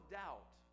doubt